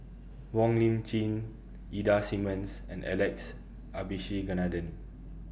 Wong Lip Chin Ida Simmons and Alex Abisheganaden